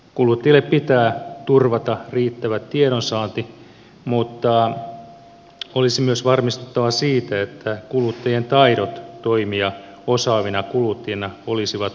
kuluttajille pitää turvata riittävä tiedonsaanti mutta olisi myös varmistuttava siitä että kuluttajien taidot toimia osaavina kuluttajina olisivat riittävät